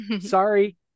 Sorry